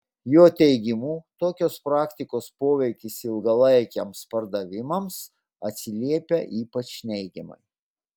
jo teigimu tokios praktikos poveikis ilgalaikiams pardavimams atsiliepia ypač neigiamai